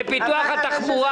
אני מצטרף לבקשה הזאת.